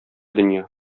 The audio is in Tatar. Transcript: дөнья